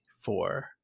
four